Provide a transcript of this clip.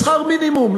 בשכר מינימום,